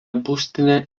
būstinė